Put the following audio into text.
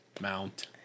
mount